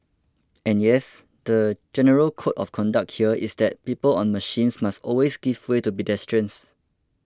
and yes the general code of conduct here is that people on machines must always give way to pedestrians